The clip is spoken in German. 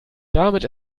damit